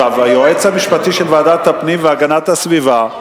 היועץ המשפטי של ועדת הפנים והגנת הסביבה,